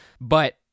But-